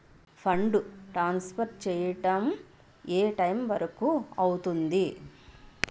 Fund transfer చేయడం ఏ time వరుకు అవుతుంది?